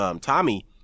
Tommy